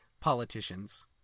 politicians